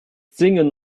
singen